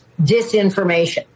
disinformation